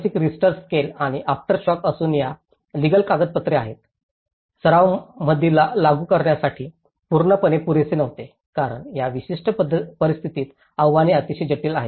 6 Richter scale आणि aftershock असून त्या लीगल कागदपत्रे आहेत सराव मध्ये लागू करण्यासाठी पूर्णपणे पुरेसे नव्हते कारण या विशिष्ट परिस्थितीत आव्हाने अतिशय जटिल आहेत